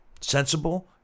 sensible